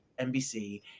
NBC